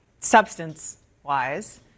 substance-wise